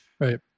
Right